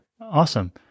Awesome